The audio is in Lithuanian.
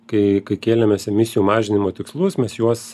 kai kai kėlėmės emisijų mažinimo tikslus mes juos